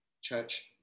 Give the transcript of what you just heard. Church